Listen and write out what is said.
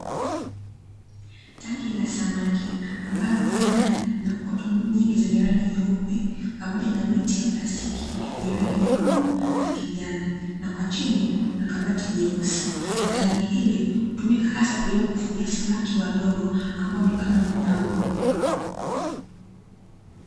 Tangi la samaki ambalo kwa ndani lina kokoto nyingi zenye rangi nyeupe pamoja na miti ya plastiki yenye rangi nyekundu na kijani, na kwa chini kuna kabati jeusi. Na tangi hili hutumika hasa kwa ajili ya kufugia samaki wadogo ambao ni kama mapambo.